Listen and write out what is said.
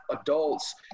adults